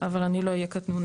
אבל אני לא אהיה קטנונית,